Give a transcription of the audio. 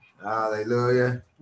Hallelujah